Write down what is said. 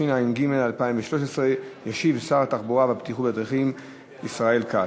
התשע"ג 2013. ישיב שר התחבורה והבטיחות בדרכים ישראל כץ.